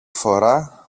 φορά